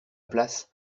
place